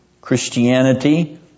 Christianity